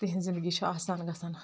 تِہِنٛز زندگی چھِ آسان گژھان